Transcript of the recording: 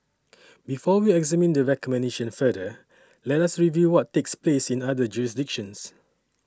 before we examine the recommendation further let us review what takes place in other jurisdictions